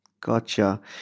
gotcha